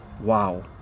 Wow